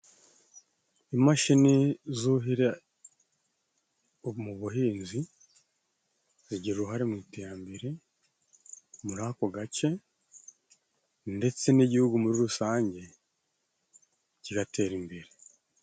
Imashini zuhira mu buhinzi zigira uruhare mu iterambere muri ako gace ndetse n'igihugu muri rusange kigatera imbere.